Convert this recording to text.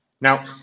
Now